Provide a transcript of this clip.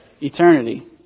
eternity